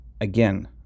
again